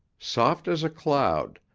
soft as a cloud,